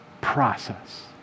process